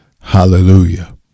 Hallelujah